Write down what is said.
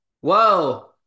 Whoa